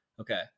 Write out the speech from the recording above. okay